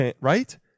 Right